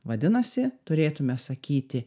vadinasi turėtume sakyti